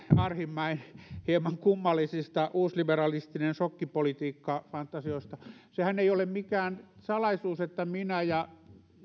arhinmäen hieman kummallisista fantasioista uusliberalistisesta sokkipolitiikasta sehän ei ole mikään salaisuus että minä ja